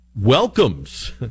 welcomes